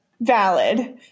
valid